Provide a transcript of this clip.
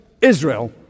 Israel